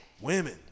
Women